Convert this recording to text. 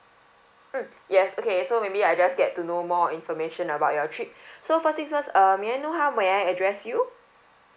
mm yes okay so maybe I just get to know more information about your trip so first thing first err may I know how may I address you